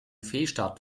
fehlstart